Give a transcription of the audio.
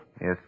Yes